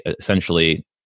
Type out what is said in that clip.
essentially